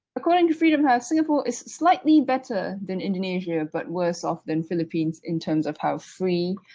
according to freedom house, singapore is slightly better than indonesia but worse of than philippines in terms of how free